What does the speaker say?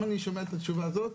אם אני שומע את התשובה הזאת,